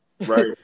Right